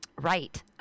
right